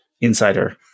insider